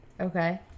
Okay